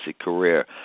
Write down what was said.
career